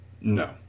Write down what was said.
No